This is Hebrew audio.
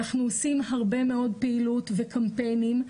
אנחנו עושים הרבה מאוד פעילות וקמפיינים,